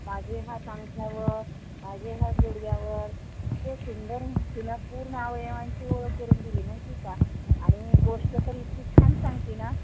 माझे हा अंगठ्यावर माझे हात गुडग्यावर इतकं सुंदर म्हणती नं पूर्ण अवयवांची ओळख करून दिली माहिती आहे का आणि गोष्ट तर इतकी छान सांगते ना